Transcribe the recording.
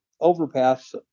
overpass